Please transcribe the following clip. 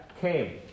came